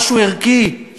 משהו ערכי,